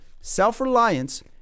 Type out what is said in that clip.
Self-Reliance